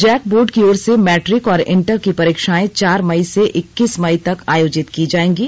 Jack board की ओर से मैट्रिक और इंटर की परीक्षाएं चार मई से इक्कीस मई तक आयोजित की जाएंगी